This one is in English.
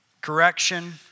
correction